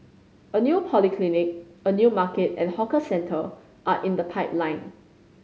a new polyclinic a new market and hawker centre are in the pipeline